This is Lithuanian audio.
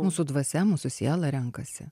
mūsų dvasia mūsų siela renkasi